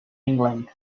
england